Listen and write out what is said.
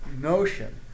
notion